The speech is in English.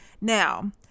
Now